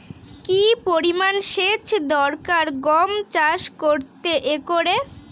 কি পরিমান সেচ দরকার গম চাষ করতে একরে?